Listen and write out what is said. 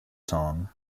song